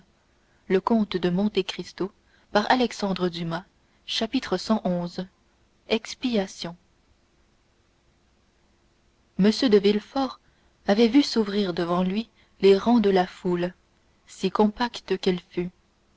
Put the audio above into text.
y aura des circonstances atténuantes répondit celui-ci cxi expiation m de villefort avait vu s'ouvrir devant lui les rangs de la foule si compacte qu'elle fût